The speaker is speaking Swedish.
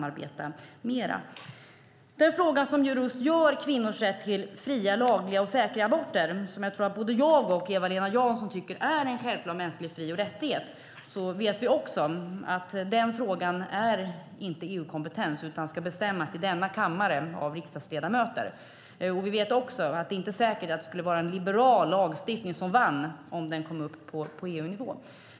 Vi vet att den fråga som rör kvinnors rätt till fria, lagliga och säkra aborter, som jag tror att både jag och Eva-Lena Jansson tycker är en självklar mänsklig fri och rättighet, inte hör till EU:s kompetens, utan det ska bestämmas i denna kammare av riksdagsledamöter. Vi vet också att det inte är säkert att det skulle vara en liberal lagstiftning som vann om det kom upp på EU-nivå.